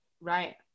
Right